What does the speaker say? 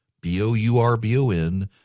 B-O-U-R-B-O-N